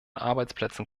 arbeitsplätzen